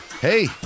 hey